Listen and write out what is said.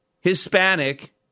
Hispanic